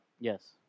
Yes